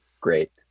great